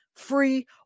free